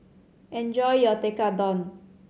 enjoy your Tekkadon